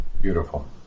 Beautiful